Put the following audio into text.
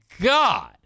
God